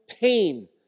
Pain